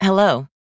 Hello